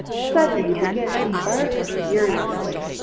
suddenly began to bark furiously.